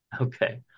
okay